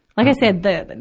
like i said, the, and